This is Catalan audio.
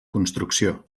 construcció